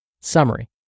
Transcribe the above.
Summary